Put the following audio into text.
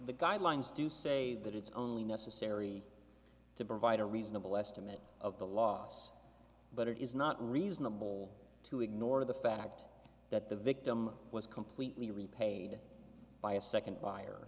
the guidelines do say that it's only necessary to provide a reasonable estimate of the loss but it is not reasonable to ignore the fact that the victim was completely repaid by a second buyer